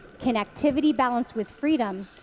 connectivity balanced with freedom,